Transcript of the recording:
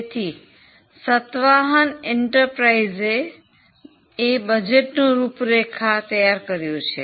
તેથી સત્વાહન એન્ટરપ્રાઇઝે એ બજેટનું રૂપરેખા તૈયાર કર્યું છે